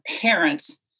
parents